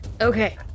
Okay